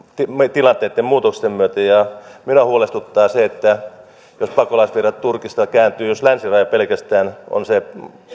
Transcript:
tilanteitten muutosten myötä ja minua huolestuttaa se jos pakolaisvirrat turkista jos länsiraja pelkästään on